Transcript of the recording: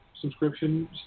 subscriptions